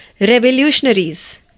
revolutionaries